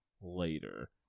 later